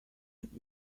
mit